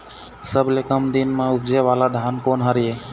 सबसे कम दिन म उपजे वाला धान कोन हर ये?